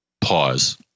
pause